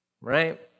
Right